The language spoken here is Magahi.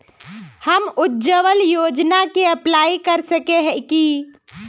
हम उज्वल योजना के अप्लाई कर सके है की?